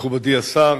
מכובדי השר,